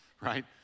right